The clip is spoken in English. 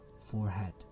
forehead